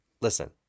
Listen